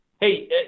hey